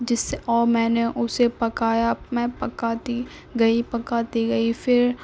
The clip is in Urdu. جس سے اور میں نے اسے پکایا میں پکاتی گئی پکاتی گئی پھر